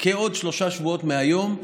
בעוד שלושה שבועות מהיום,